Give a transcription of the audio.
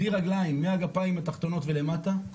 בלי רגליים מהגפיים התחתונות ולמטה,